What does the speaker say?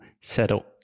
Settle